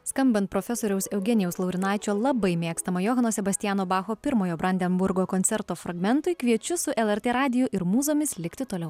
skambant profesoriaus eugenijaus laurinaičio labai mėgstamo johano sebastiano bacho pirmojo brandenburgo koncerto fragmentui kviečiu su lrt radiju ir mūzomis likti toliau